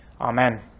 Amen